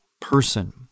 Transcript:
person